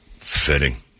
fitting